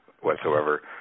whatsoever